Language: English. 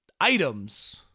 items